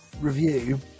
review